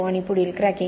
आणि पुढील क्रॅकिंग